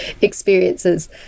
experiences